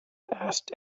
asked